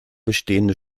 bestehende